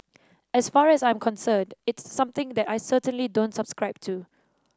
as far as I'm concerned it's something that I certainly don't subscribe to